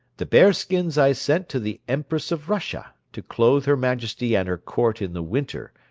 the bear-skins i sent to the empress of russia, to clothe her majesty and her court in the winter,